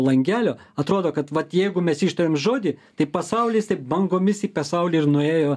langelio atrodo kad vat jeigu mes ištariam žodį tai pasaulis taip bangomis į pasaulį ir nuėjo